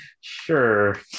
sure